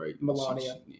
Melania